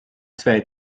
zwei